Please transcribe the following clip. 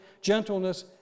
gentleness